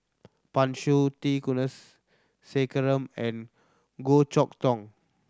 Pan Shou T Kulasekaram and Goh Chok Tong